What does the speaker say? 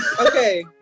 Okay